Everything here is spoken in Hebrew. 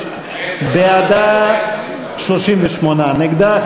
קבוצת סיעת רע"ם-תע"ל-מד"ע,